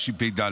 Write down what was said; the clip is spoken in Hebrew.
התשפ"ד.